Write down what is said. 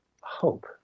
hope